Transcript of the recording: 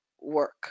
work